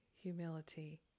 humility